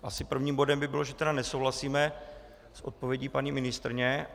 Asi prvním bodem by bylo, že nesouhlasíme s odpovědí paní ministryně.